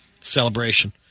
celebration